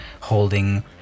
holding